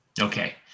Okay